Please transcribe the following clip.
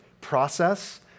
process